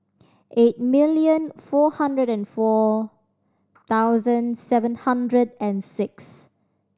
eight million four hundred and four thousand seven hundred and six